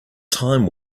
time